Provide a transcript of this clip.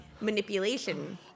manipulation